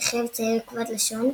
כיכב צעיר כבד לשון,